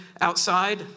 outside